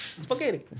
Spaghetti